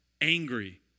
angry